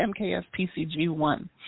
MKFPCG1